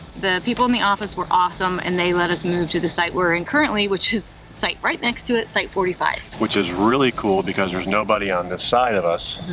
the people in the office were awesome and they let us move to the site we're in currently, which is the site right next to it, site forty five. which is really cool because there's nobody on this side of us.